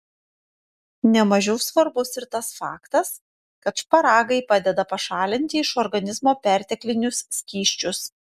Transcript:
ne mažiau svarbus ir tas faktas kad šparagai padeda pašalinti iš organizmo perteklinius skysčius